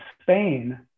Spain